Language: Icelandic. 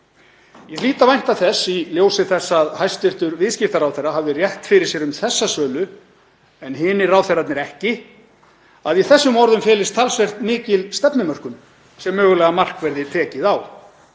Ég hlýt að vænta þess, í ljósi þess að hæstv. viðskiptaráðherra hafði rétt fyrir sér um þessa sölu en hinir ráðherrarnir ekki, að í þessum orðum felist talsvert mikil stefnumörkun sem mögulega mark verði tekið á.